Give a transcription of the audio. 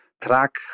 track